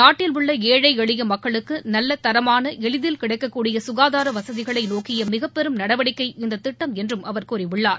நாட்டிலுள்ள ஏழை எளிய மக்களுக்கு நல்ல தரமான எளிதில் கிடைக்கக்கூடிய சுகாதார வசதிகளை நோக்கிய மிகப்பெரும் நடவடிக்கை இந்தத் திட்டம் என்றும் அவர் கூறியுள்ளார்